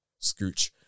scooch